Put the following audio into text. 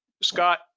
Scott